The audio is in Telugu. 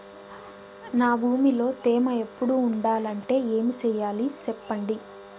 నా భూమిలో తేమ ఎప్పుడు ఉండాలంటే ఏమి సెయ్యాలి చెప్పండి?